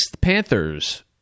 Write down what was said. Panthers